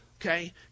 okay